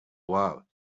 while